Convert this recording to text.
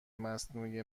مصنوعی